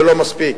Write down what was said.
ולא מספיק.